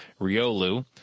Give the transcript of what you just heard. Riolu